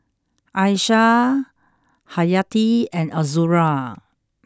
Aishah Haryati and Azura